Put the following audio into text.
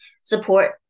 support